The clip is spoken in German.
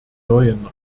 neuen